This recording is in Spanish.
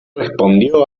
respondió